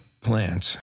plants